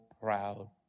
proud